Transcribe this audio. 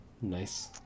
Nice